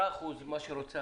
למה 10%?